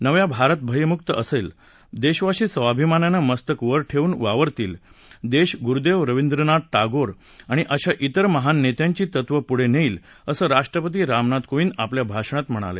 नवा भारत भयमुक असेल देशवासी स्वाभिमानानं मस्तक वर ठेवून वावरतील देश गुरुदेव रवींद्रनाथ टागोर आणि अशा विर महान नेत्यांची तत्वं पुढे नेईल असं राष्ट्रपती रामनाथ कोविंद आपल्या भाषणात म्हणाले